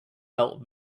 felt